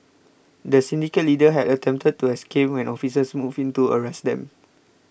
the syndicate leader had attempted to escape when officers moved in to arrest them